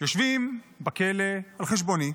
יושבים בכלא על חשבוני,